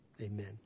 Amen